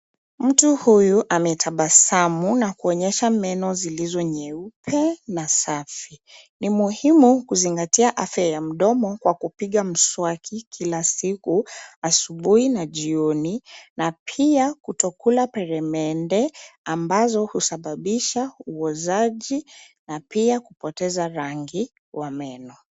Mtu huyu ametabsamu na kuonyesha meno zilizo nyeupe na safi. Ni muhimu kuzingatia afya ya mdomo kwa kupiga mswaki kila siku, asubuhi na jioni, na pia kutokula peremende ambazo husababisha uozaji na pia kupoteza rangi wa meno.